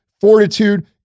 fortitude